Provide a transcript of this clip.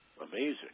amazing